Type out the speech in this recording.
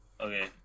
Okay